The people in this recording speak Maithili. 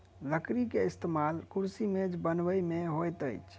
लकड़ी के इस्तेमाल कुर्सी मेज बनबै में होइत अछि